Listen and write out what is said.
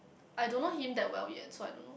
I don't know him that well yet so I don't know